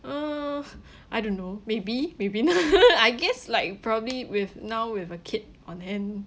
uh I don't know maybe maybe not I guess like probably with now with a kid on hand